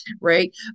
right